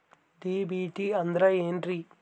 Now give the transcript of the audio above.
DBT ಅಂದ್ರ ಏನ್ರಿ?